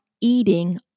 eating